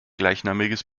gleichnamiges